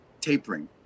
tapering